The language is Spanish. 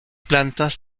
plantas